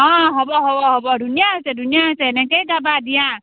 অঁ হ'ব হ'ব হ'ব ধুনীয়া হৈছে ধুনীয়া হৈছে এনেকৈয়ে গাবা দিয়া